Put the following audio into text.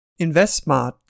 InvestSmart